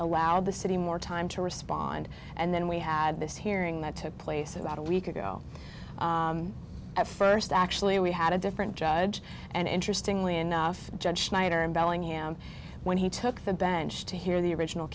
allowed the city more time to respond and then we had this hearing that took place about a week ago at first actually we had a different judge and interestingly enough judge schneider in bellingham when he took the bench to hear the original